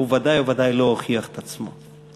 וודאי ודאי לא הוכיח את עצמו.